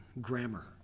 grammar